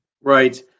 Right